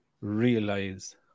realize